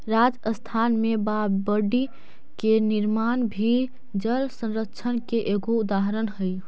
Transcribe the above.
राजस्थान में बावडि के निर्माण भी जलसंरक्षण के एगो उदाहरण हई